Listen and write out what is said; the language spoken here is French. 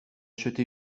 acheté